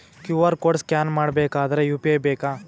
QR code scan ಮಾಡಬೇಕಾದರೆ UPI ಬೇಕಾ?